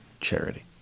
charity